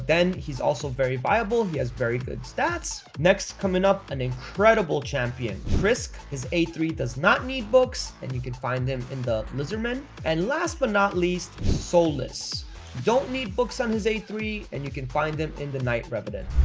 then he's also very viable. he has very good stats. next coming up an incredible champion krisk his a three does not need books and you can find him in the lizardmen and last but not least soulless don't need books on his a three and you can find them in the night revenant